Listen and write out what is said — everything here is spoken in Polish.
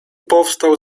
powstał